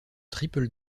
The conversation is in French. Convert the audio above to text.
triple